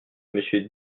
monsieur